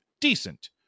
decent